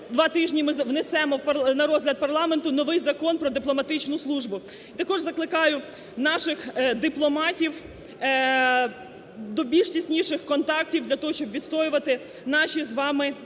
два тижні ми внесемо на розгляд парламенту новий Закон про дипломатичну службу. Також закликаю наших дипломатів до більш тісніших контактів для того, щоб відстоювати наші з вами інтереси.